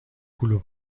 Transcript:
کلوپ